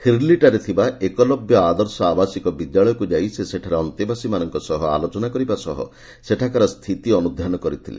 ହିର୍ଲିଠାରେ ଥିବା ଏକଲବ୍ୟ ଆଦର୍ଶ ଆବାସିକ ବିଦ୍ୟାଳୟକ୍ ଯାଇ ସେ ସେଠାରେ ଅନ୍ତେବାସୀମାନଙ୍କ ସହ ଆଲୋଚନା କରିବା ସହ ସେଠାକାର ସ୍ଥିତି ଅନୁଧ୍ଯାନ କରିଥିଲେ